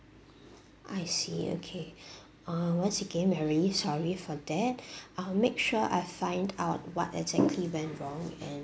I see okay uh once again we are really sorry for that I'll make sure I find out what exactly went wrong and